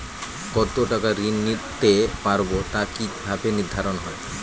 কতো টাকা ঋণ নিতে পারবো তা কি ভাবে নির্ধারণ হয়?